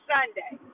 Sunday